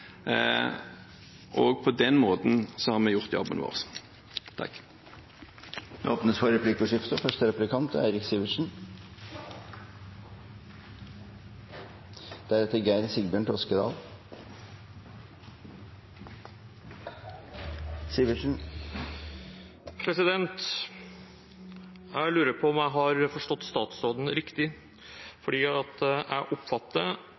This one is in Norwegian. og på den måten har vi gjort jobben vår. Det blir replikkordskifte. Jeg lurer på om jeg har forstått statsråden riktig. Jeg oppfatter